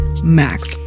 Max